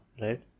right